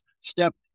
step